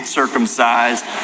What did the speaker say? circumcised